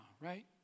right